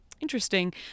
interesting